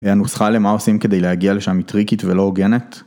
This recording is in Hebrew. הנוסחה למה עושים כדי להגיע לשם היא טריקית ולא הוגנת?